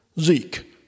Zeke